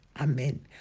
amen